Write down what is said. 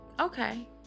okay